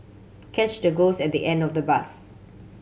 catch the ghost at the end of the bus